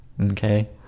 okay